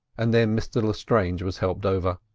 and then mr lestrange was helped over.